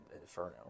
Inferno